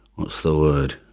what's the word